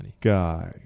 guy